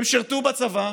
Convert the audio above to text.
הם שירתו בצבא,